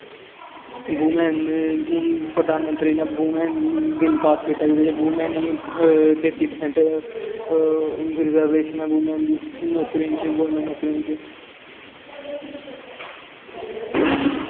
बुमैन्न हुन प्रधानमंत्री नै बुमैन्न बिल्ल पास पीता जेह्दे च बुमैन्न ई तेत्ती परसैंट रिज़रवेशन ऐ बुमैन्न दी नौकरियैं च गौरमैंट नौकरियैं च